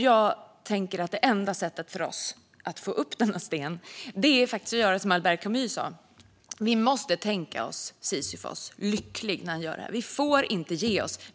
Jag tänker att det enda sättet för oss att få upp denna sten är att göra som Albert Camus sa: Vi måste tänka oss Sisyfos lycklig när han gör det. Vi får inte ge oss.